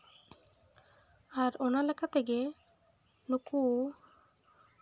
ᱟᱨ ᱚᱱᱟ ᱞᱮᱠᱟ ᱛᱮᱜᱮ ᱱᱩᱠᱩ